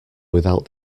without